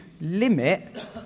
limit